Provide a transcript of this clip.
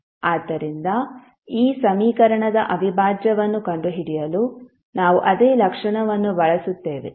ಆದ್ದರಿಂದ ಈ ಸಮೀಕರಣದ ಅವಿಭಾಜ್ಯವನ್ನು ಕಂಡುಹಿಡಿಯಲು ನಾವು ಅದೇ ಲಕ್ಷಣವನ್ನು ಬಳಸುತ್ತೇವೆ